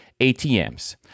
atms